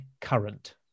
current